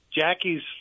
Jackie's